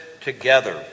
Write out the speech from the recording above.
together